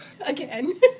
Again